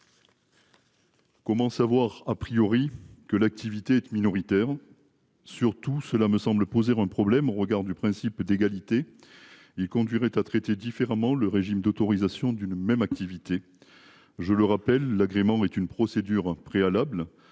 Comment savoir a priori que l'activité est minoritaire sur tout cela me semble poser un problème au regard du principe d'égalité, il conduirait à traiter différemment le régime d'autorisation d'une même activité. Je le rappelle l'agrément est une procédure préalable.